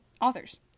authors